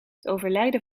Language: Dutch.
overlijden